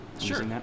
Sure